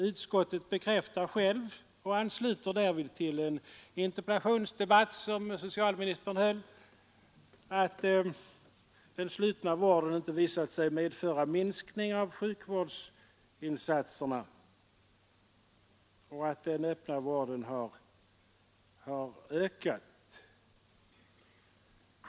Utskottet bekräftar självt — och ansluter därvid till en interpellationsdebatt som socialministern höll — att den slutna vården inte visat sig medföra någon minskning av sjukvårdsinsatserna och att behovet av den öppna vården har ökat.